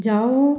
ਜਾਓ